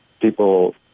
people